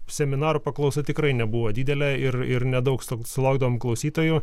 seminarų paklausa tikrai nebuvo didelė ir ir nedaug sulaukdavom klausytojų